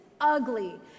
ugly